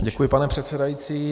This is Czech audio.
Děkuji, pane předsedající.